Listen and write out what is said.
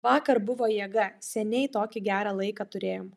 vakar buvo jėga seniai tokį gerą laiką turėjom